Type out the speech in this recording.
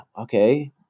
okay